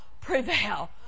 prevail